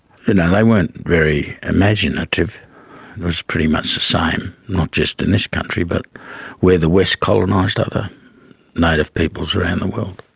you know they weren't very imaginative. it was pretty much the same, not just in this country but where the west colonised other native peoples around the world.